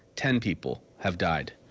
ten people have died.